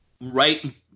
Right